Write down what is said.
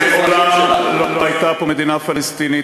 מעולם לא הייתה פה מדינה פלסטינית,